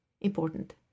important